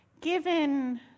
given